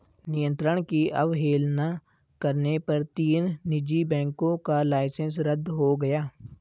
नियंत्रण की अवहेलना करने पर तीन निजी बैंकों का लाइसेंस रद्द हो गया